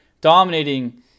dominating